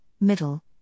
middle